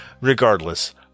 regardless